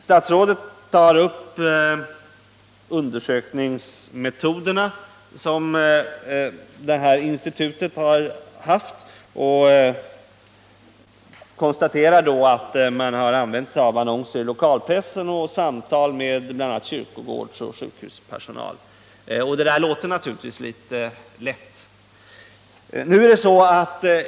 Statsrådet tar upp undersökningsmetoderna som ifrågavarande institut har tillämpat och konstaterar att man har använt sig av annonser i lokalpressen och samtal med bl.a. kyrkogårdsoch sjukhuspersonal. Det där låter naturligtvis ganska lätt.